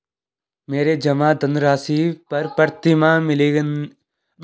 मेरे जमा धन राशि पर प्रतिमाह मिलने वाले ब्याज की दर कब से लेकर कब तक होती है?